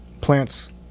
plants